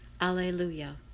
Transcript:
Alleluia